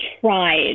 tried